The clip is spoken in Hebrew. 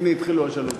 הנה, התחילו שלוש הדקות.